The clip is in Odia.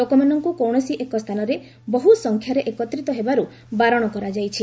ଲୋକମାନଙ୍କୁ କୌଣସି ଏକ ସ୍ଥାନରେ ବହୁ ସଂକ୍ୟାରେ ଏକତ୍ରିତ ହେବାରୁ ବାରଣ କରାଯାଇଛି